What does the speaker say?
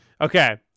Okay